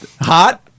Hot